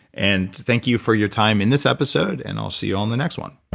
and thank you for your time in this episode and i'll see you on the next one